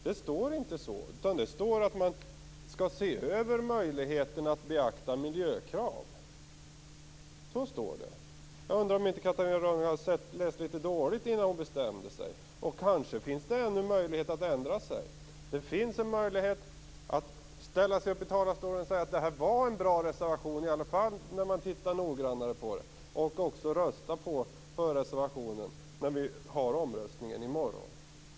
Det står inte så, utan det står att man "avser att se över möjligheten att beakta miljökrav". Jag undrar om Catarina Rönnung hade läst dåligt innan hon bestämde sig. Det finns ännu möjlighet att ändra sig. Det finns en möjlighet att ställa sig upp i talarstolen och säga att det inte var som hon trodde, utan att det är en bra reservation när hon tittar mera noggrant på den och att hon kan rösta på den. Vi har omröstningen i morgon.